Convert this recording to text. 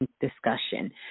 discussion